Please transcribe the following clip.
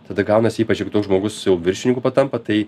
tada gaunasi ypač jeigu toks žmogus jau viršininku patampa tai